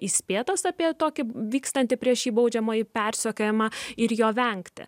įspėtas apie tokį vykstantį prieš jį baudžiamąjį persekiojimą ir jo vengti